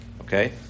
Okay